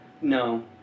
No